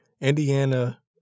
Indiana